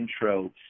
intro